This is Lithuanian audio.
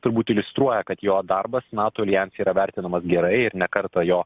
turbūt iliustruoja kad jo darbas nato aljanse yra vertinamas gerai ir ne kartą jo